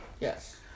Yes